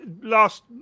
Last